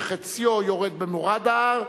שחציו יורד במורד ההר,